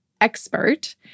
expert